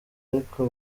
ariko